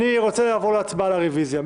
אני רוצה לעבור להצבעה על הרביזיה.